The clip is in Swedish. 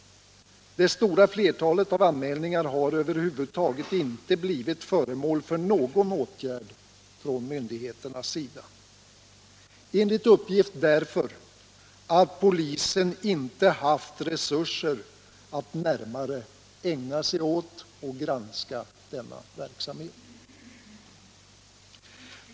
Det stora flertalet anmälningar har över huvud taget inte blivit föremål för någon åtgärd från myndigheternas sida, enligt uppgift därför att polisen inte har haft resurser att närmare granska denna verksamhet.